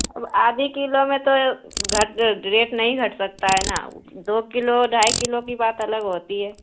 اب آدھی کلو میں تو گھٹ ریٹ نہیں گھٹ سکتا ہے نا دو کلو ڈھائی کلو کی بات الگ ہوتی ہے